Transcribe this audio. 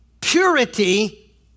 purity